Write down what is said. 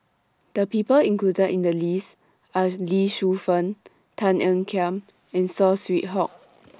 The People included in The list Are Lee Shu Fen Tan Ean Kiam and Saw Swee Hock